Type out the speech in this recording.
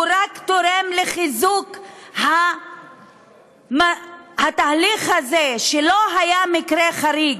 הוא רק תורם לחיזוק התהליך הזה שלא היה מקרה חריג.